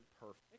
perfect